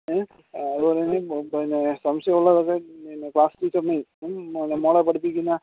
ഏ അതുപോലെ തന്നെ പിന്നെ സംശയമുള്ളതൊക്കെ പിന്നെ ക്ലാസ് ടീച്ചർനേം മോളേ പഠിപ്പിക്കുന്ന